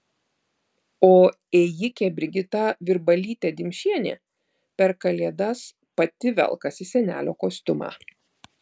o ėjikė brigita virbalytė dimšienė per kalėdas pati velkasi senelio kostiumą